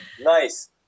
Nice